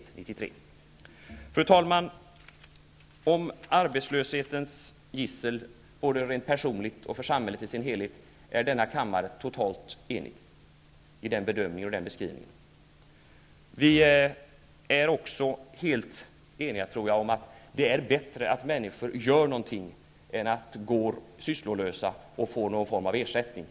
Denna kammare är totalt enig om att arbetslösheten är ett gissel både rent personligt och för samhället i sin helhet. Jag tror också att vi är helt eniga om att det är bättre att människor gör någonting än att de går sysslolösa och får någon form av ersättning.